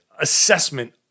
assessment